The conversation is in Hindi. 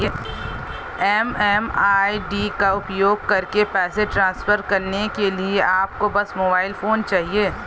एम.एम.आई.डी का उपयोग करके पैसे ट्रांसफर करने के लिए आपको बस मोबाइल फोन चाहिए